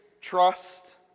trust